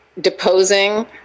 deposing